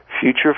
Future